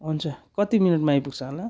हुन्छ कति मिनटमा आइपुग्छ होला